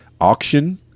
Auction